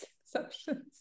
exceptions